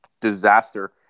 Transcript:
disaster